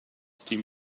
team